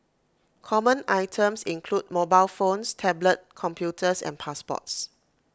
common items include mobile phones tablet computers and passports